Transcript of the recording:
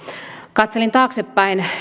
katselin taaksepäin